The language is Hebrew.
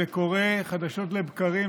זה קורה חדשות לבקרים,